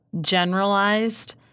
generalized